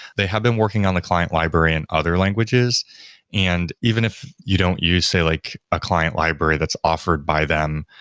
they have been working on the client library and other languages and even if you don't use say like a client library that's offered by them,